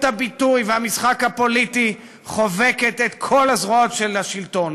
הביטוי והמשחק הפוליטי חובקת את כל הזרועות של השלטון,